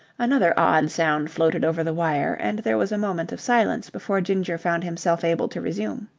another odd sound floated over the wire, and there was a moment of silence before ginger found himself able to resume.